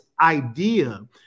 idea